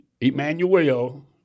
Emmanuel